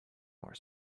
more